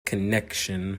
connection